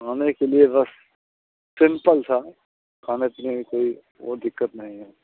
खाने के लिए बस सिंपल सा खाने पीने कोई वो दिक्कत नहीं है